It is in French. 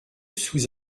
sous